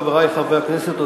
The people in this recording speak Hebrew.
חברי חברי הכנסת,